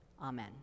Amen